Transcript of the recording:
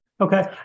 Okay